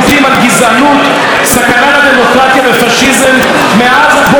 סכנה לדמוקרטיה ופאשיזם מאז בוקרו של 18